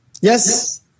Yes